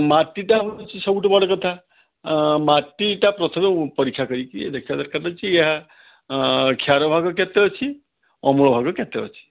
ମାଟିଟା ହେଉଛି ସବୁଠୁ ବଡ଼ କଥା ମାଟିଟା ପ୍ରଥମେ ପରୀକ୍ଷା କରିକି ଦେଖିବା ଦରକାର ଅଛି ଏହା କ୍ଷାର ଭାଗ କେତେ ଅଛି ଅମ୍ଳ ଭାଗ କେତେ ଅଛି